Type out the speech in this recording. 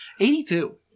82